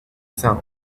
sound